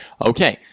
okay